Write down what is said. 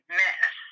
mess